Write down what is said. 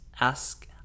Ask